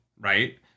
Right